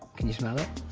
can you smell it?